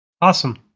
Awesome